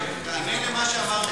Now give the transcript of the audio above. תענה על מה שאמר עודה.